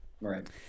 Right